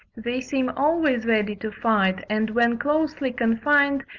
they seem always ready to fight, and when closely confined,